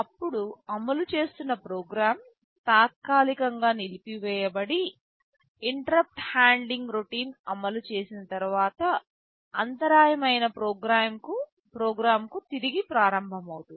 అప్పుడు అమలు చేస్తున్న ప్రోగ్రామ్ తాత్కాలికంగా నిలిపి వేయబడి ఇంటరుప్పుట్ హ్యాండ్లింగ్ రొటీన్ అమలు చేసిన తరువాత అంతరాయం అయినా ప్రోగ్రామ్ తిరిగి ప్రారంభమౌతుంది